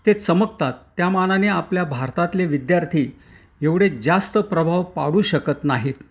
ते चमकतात त्यामानाने आपल्या भारतातले विद्यार्थी एवढे जास्त प्रभाव पाडू शकत नाहीत